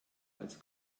als